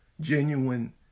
genuine